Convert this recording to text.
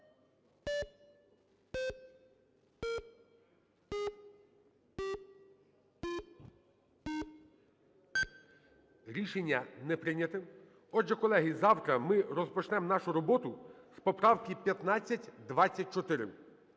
Рішення не прийнято. Отже, колеги, завтра ми розпочнемо нашу роботу з поправки 1524.